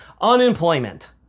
Unemployment